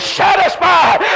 satisfied